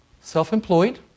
Self-employed